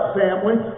family